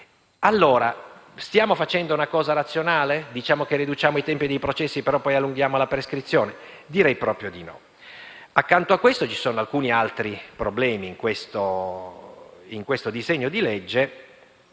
tempo. Stiamo facendo una cosa razionale riducendo i tempi dei processi e poi allungando la prescrizione? Direi proprio di no. Accanto a questo, ci sono alcuni altri problemi nel disegno di legge